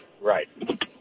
Right